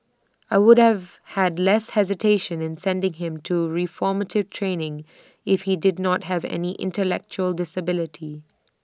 I would have had less hesitation in sending him to reformative training if he did not have any intellectual disability